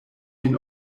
been